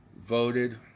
voted